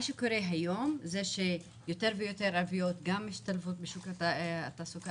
מה שקורה היום הוא שיותר ויותר ערביות משתלבות בשוק התעסוקה.